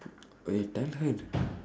!oi! tell her in